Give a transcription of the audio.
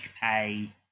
pay